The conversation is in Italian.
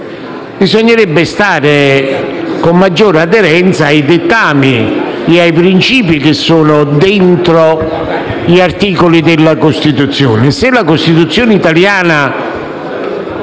bisognerebbe stare con maggiore aderenza ai dettami e ai principi che sono dentro gli articoli della Costituzione.